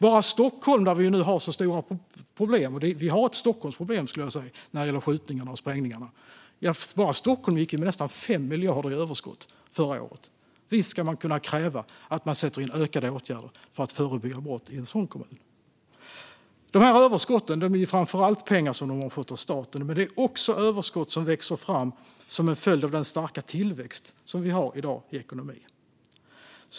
I Stockholm har vi stora problem när det gäller skjutningar och sprängningar - vi har ett Stockholmsproblem, skulle jag säga - och bara Stockholm gick med nästan 5 miljarder i överskott förra året. Visst ska vi kunna kräva att man sätter in ökade åtgärder för att förebygga brott i en sådan kommun. Dessa överskott är framför allt pengar som kommunerna har fått av staten, men det är också överskott som växer fram som en följd av den starka tillväxt vi har i dag i ekonomin.